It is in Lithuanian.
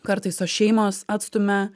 kartais tos šeimos atstumia